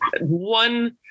One